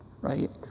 right